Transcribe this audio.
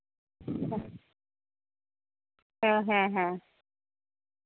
ᱦᱮᱸ ᱦᱮᱸ ᱦᱮᱸ